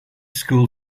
school